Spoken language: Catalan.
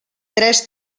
tres